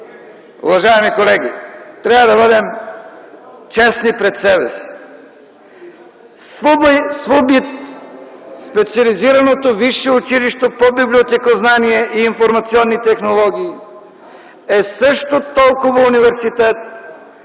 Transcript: Уважаеми колеги, трябва да бъдем честни пред себе си: СВУБИТ – Специализираното висше училище по библиотекознание и информационни технологии, е също толкова университет,